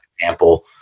example